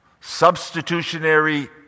substitutionary